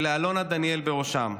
ולאלונה דניאל בראשם.